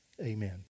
Amen